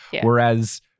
Whereas